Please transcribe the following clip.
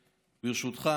ברשותך,